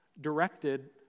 directed